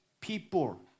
people